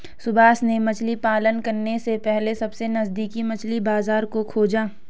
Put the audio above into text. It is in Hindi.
सुभाष ने मछली पालन करने से पहले सबसे नजदीकी मछली बाजार को खोजा